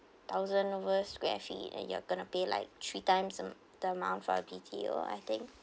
thousand over square feet and you're gonna pay like three times the the amount for a B_T_O I think